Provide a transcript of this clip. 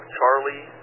Charlie